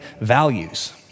values